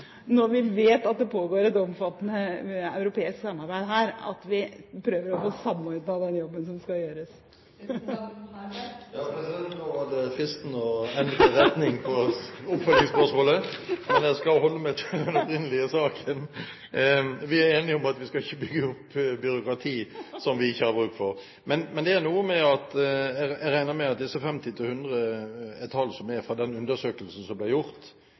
når vi vet at det pågår et omfattende europeisk samarbeid her, at vi prøver å få samordnet den jobben som skal gjøres. Nå var det fristende å endre retning på oppfølgingsspørsmålet, men jeg skal holde meg til den opprinnelige saken. Vi er enige om at vi skal ikke bygge opp byråkrati som vi ikke har bruk for, men jeg regner med at disse 50–100 er tall som er fra den undersøkelsen som ble gjort